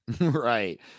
Right